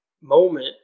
moment